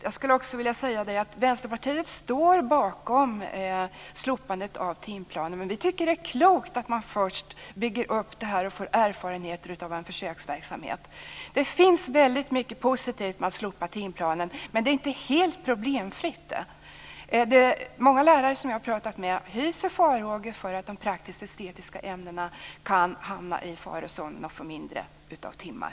Jag vill också säga att vi i Vänsterpartiet slår bakom slopandet av timplanen. Men vi tycker att det är klokt att man först bygger upp och får erfarenheter av en försöksverksamhet. Det finns väldigt mycket positivt med att slopa timplanen, men det är inte helt problemfritt. Många lärare som jag har pratat med hyser farhågor för att de praktisk-estetiska ämnena kan hamna i farozonen och få färre timmar.